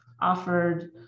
offered